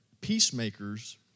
Peacemakers